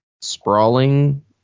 sprawling